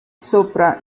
sopra